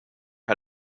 how